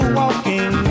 walking